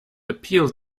appealed